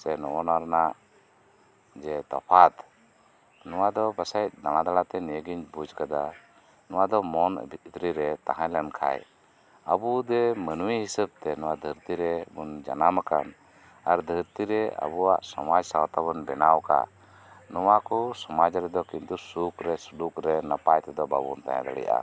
ᱥᱮ ᱱᱚᱜᱱᱟ ᱨᱮᱱᱟᱜ ᱡᱮ ᱛᱚᱯᱷᱟᱛ ᱱᱚᱣᱟ ᱫᱚ ᱯᱟᱥᱮᱡ ᱫᱟᱲᱟ ᱫᱟᱲᱟᱛᱮ ᱱᱤᱭᱟᱹ ᱜᱤᱧ ᱵᱩᱡ ᱟᱠᱟᱫᱟ ᱱᱚᱭᱟ ᱫᱚ ᱢᱚᱱ ᱵᱷᱤᱛᱨᱤ ᱨᱮ ᱛᱟᱦᱮᱸ ᱞᱮᱱ ᱠᱷᱟᱱ ᱟᱵᱚ ᱡᱮ ᱢᱟᱱᱢᱤ ᱦᱤᱥᱟᱹᱵᱛᱮ ᱱᱚᱣᱟ ᱫᱷᱟᱹᱜᱨᱛᱤ ᱨᱮᱵᱚᱱ ᱡᱟᱱᱟᱢ ᱟᱠᱟᱱ ᱟᱨ ᱫᱷᱟᱨᱛᱤ ᱨᱮ ᱟᱵᱚᱭᱟᱜ ᱥᱚᱢᱟᱡ ᱥᱟᱶᱛᱟ ᱵᱚᱱ ᱵᱮᱱᱟᱣ ᱟᱠᱟᱫ ᱱᱚᱭᱟ ᱠᱚ ᱥᱚᱢᱟ ᱨᱮᱫᱚ ᱠᱤᱱᱛᱩ ᱥᱩᱠ ᱨᱮ ᱥᱩᱞᱩᱠ ᱨᱮ ᱱᱟᱯᱟᱭ ᱛᱮᱫᱚ ᱵᱟᱵᱚᱱ ᱛᱟᱦᱮᱸ ᱫᱟᱲᱮᱭᱟᱜᱼᱟ